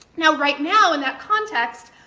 now, right now in that context,